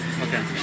Okay